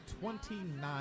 twenty-nine